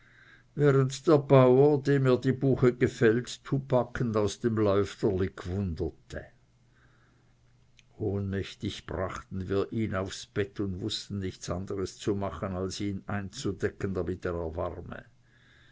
während der bauer dem er die buche gefällt tubackend aus dem läufterli g'wunderte ohnmächtig brachten wir ihn aufs bett und wußten nichts anders zu machen als ihn einzudecken damit er erwarme